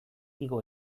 igo